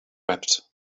wept